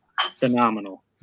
phenomenal